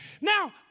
Now